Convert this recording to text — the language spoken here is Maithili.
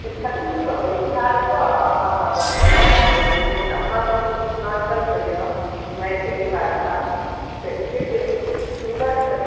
छथिन तऽ सब एहि बिहार के आ भाषा सब के अलग अलग छनि लेकिन अपना सब के जे मिथिलांचल के यऽ मैथिली भाषा तऽ एतेक सुन्दर